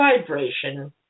vibration